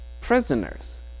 prisoners